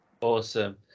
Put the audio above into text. Awesome